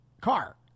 car